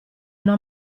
una